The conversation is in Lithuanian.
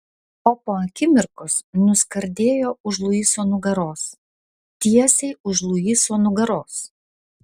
o po akimirkos nuskardėjo už luiso nugaros tiesiai už luiso nugaros